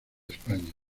españa